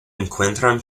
encuentran